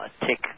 take